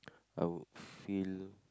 I would feel